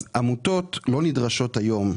אז עמותות לא נדרשות היום,